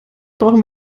brauchen